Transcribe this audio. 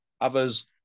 Others